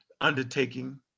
undertaking